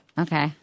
Okay